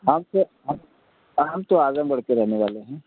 हम तो हम तो आगे बढ़ कर रहने वाले हैं